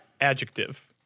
adjective